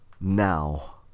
now